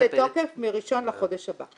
זה נכנס לתוקף מראשון לחודש הבא.